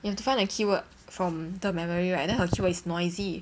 you have to find a keyword from the memory right then her keyword is noisy